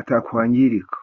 atakwangirika.